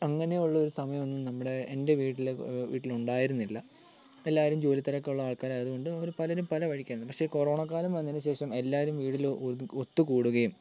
അങ്ങനെയുള്ള ഒരു സമയം നമ്മുടെ എൻ്റെ വീട്ടിൽ വീട്ടിൽ ഉണ്ടായിരുന്നില്ല എല്ലാവരും ജോലി തിരക്കുള്ള ആൾക്കാരായതുകൊണ്ട് പലരും പല വഴിക്കാണ് പക്ഷെ കൊറോണക്കാലം വന്നതിനു ശേഷം എല്ലാവരും വീടില് ഒത്തു കൂടുകയും